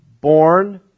born